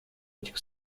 этих